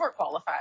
overqualified